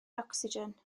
ocsigen